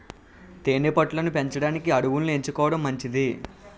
తేనె పట్టు లను పెంచడానికి అడవులను ఎంచుకోవడం మంచిది